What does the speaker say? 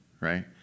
Right